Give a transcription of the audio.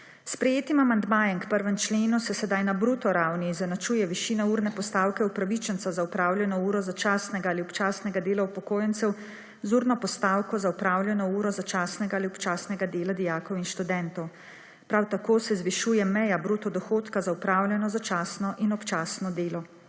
Sprejetim amandmajem k 1. členu se sedaj na bruto ravni izenačuje višina urne postavke upravičencev za opravljeno uro začasnega ali občasnega dela upokojencev z urno postavko za opravljeno uro začasnega ali občasnega dela dijakov in študentov. Prav tako se zvišuje meja bruto dohodka za opravljeno začasno in občasno delo.